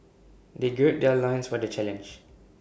they gird their loins for the challenge